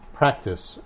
practice